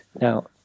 now